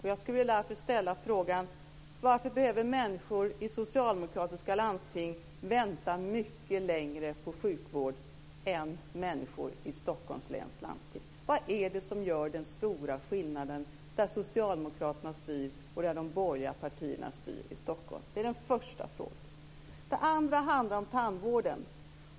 Jag skulle vilja ställa frågan: Varför behöver människor i socialdemokratiska landsting vänta mycket längre på sjukvård än människor i Stockholms läns landsting? Vad är det som gör den stora skillnaden mellan där Socialdemokraterna styr och där de borgerliga partierna styr, i Stockholm. Det är den första frågan. Den andra frågan handlar om tandvården.